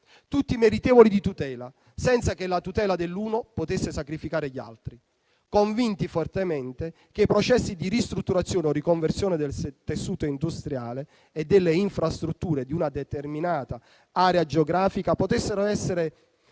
tutti meritevoli di tutela senza che la tutela dell'uno potesse sacrificare gli altri, convinti fortemente che i processi di ristrutturazione o riconversione del tessuto industriale e delle infrastrutture di una determinata area geografica potessero essere